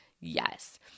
yes